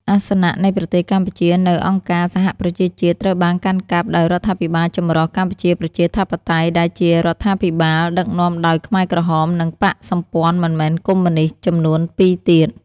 អាសនៈនៃប្រទេសកម្ពុជានៅអង្គការសហប្រជាជាតិត្រូវបានកាន់កាប់ដោយរដ្ឋាភិបាលចម្រុះកម្ពុជាប្រជាធិបតេយ្យដែលជារដ្ឋាភិបាលដឹកនាំដោយខ្មែរក្រហម និងបក្សសម្ព័ន្ធមិនមែនកុម្មុយនិស្តចំនួនពីរទៀត ។